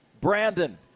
Brandon